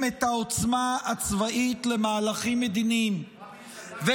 את העוצמה הצבאית למהלכים מדיניים -- רבין צדק כשהוא אמר